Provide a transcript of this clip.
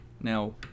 Now